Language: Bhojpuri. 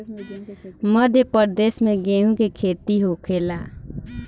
मध्यप्रदेश में गेहू के खेती होखेला